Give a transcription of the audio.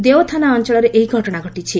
ଦେଓ ଥାନା ଅଞ୍ଚଳରେ ଏହି ଘଟଣା ଘଟିଛି